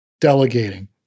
Delegating